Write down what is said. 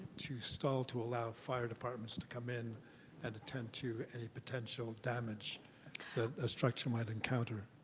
to stall to allow fire departments to come in and attend to any potential damage that a structure might encounter.